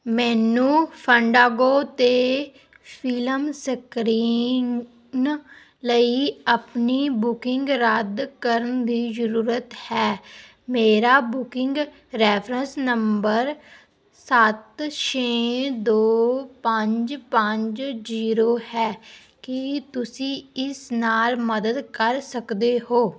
ਮੈਨੂੰ ਫੈਂਡਾਂਗੋ 'ਤੇ film screening ਲਈ ਆਪਣੀ ਬੁਕਿੰਗ ਰੱਦ ਕਰਨ ਦੀ ਜ਼ਰੂਰਤ ਹੈ ਮੇਰਾ ਬੁਕਿੰਗ ਰੈਫਰੈਂਸ ਨੰਬਰ ਸੱਤ ਛੇ ਦੋ ਪੰਜ ਪੰਜ ਜ਼ੀਰੋ ਹੈ ਕੀ ਤੁਸੀਂ ਇਸ ਨਾਲ ਮਦਦ ਕਰ ਸਕਦੇ ਹੋ